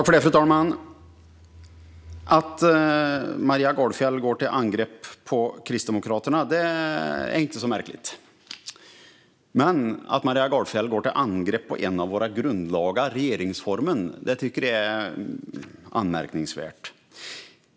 Fru talman! Att Maria Gardfjell går till angrepp mot Kristdemokraterna är inte så märkligt. Men att Maria Gardfjell går till angrepp mot en av våra grundlagar, regeringsformen, är anmärkningsvärt.